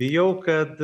bijau kad